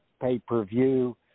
pay-per-view